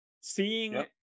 Seeing